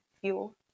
fuel